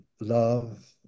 love